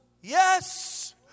yes